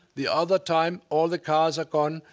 the other time, all the cars are gone.